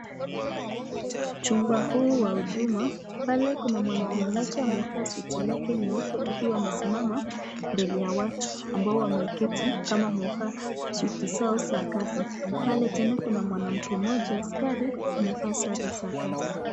Chumba huu wa huduma pale kuna mwanamime mmoja amevaa suti lake nyeupe akiwa amesimama mbele ya watu ambao wameketi kama wamevaa suti zao za kazi. Pale tena kuna mwanamke mmoja askari amevaa sare za kazi.